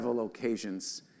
occasions